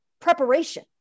preparation